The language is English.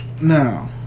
Now